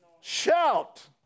shout